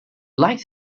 like